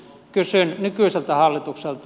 kysyn nykyiseltä hallitukselta